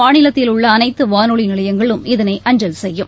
மாநிலத்தில் உள்ள அனைத்து வானொலி நிலையங்களும் இதனை அஞ்சல் செய்யும்